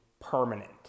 permanent